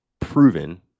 proven